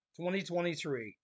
2023